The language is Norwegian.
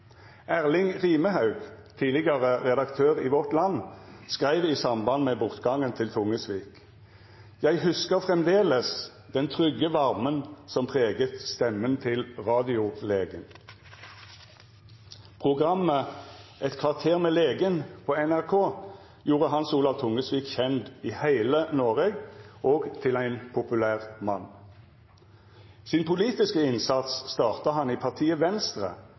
Erling Rimehaug, tidlegare redaktør i Vårt Land, skreiv i samband med bortgangen til Tungesvik: «Jeg husker fremdeles den trygge varmen som preget stemmen til Radiolegen.» Programmet «Et kvarter med legen» på NRK gjorde Hans Olav Tungesvik kjend i heile Noreg og til ein populær mann. Sin politiske innsats starta han i partiet Venstre